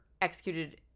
executed